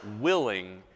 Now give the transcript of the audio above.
willing